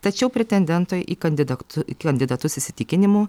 tačiau pretendentui į kandidaktu į kandidatus įsitikinimu